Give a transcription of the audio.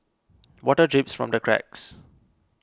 water drips from the cracks